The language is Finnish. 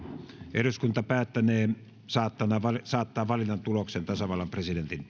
eduskunta päättänee saattaa valinnan tuloksen tasavallan presidentin